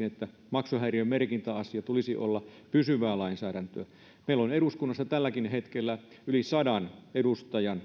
että maksuhäiriömerkintäasian tulisi olla pysyvää lainsäädäntöä meillä on eduskunnassa tälläkin hetkellä yli sadan edustajan